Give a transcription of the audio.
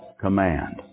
command